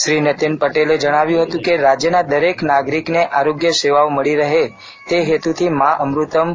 શ્રી નીતિન પટેલે જણાવ્યું હતું કે રાજ્યના દરેક નાગરિકને આરોગ્ય સેવાઓ મળી રહે તે હેતુથી મા અમૃતમ